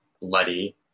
bloody